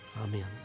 Amen